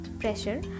pressure